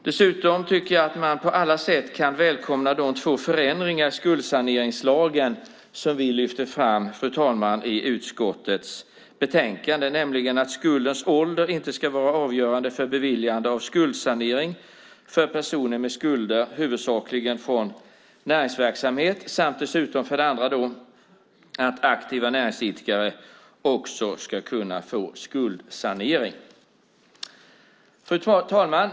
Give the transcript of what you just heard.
Dessutom tycker jag att man på alla sätt kan välkomna de två förändringar i skuldsaneringslagen som vi lyfter fram i utskottets betänkande, fru talman, nämligen för det första att skuldens ålder inte ska vara avgörande för beviljande av skuldsanering för personer med skulder huvudsakligen från näringsverksamhet samt för det andra att aktiva näringsidkare också ska kunna få skuldsanering. Fru talman!